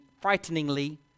frighteningly